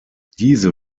diese